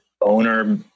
owner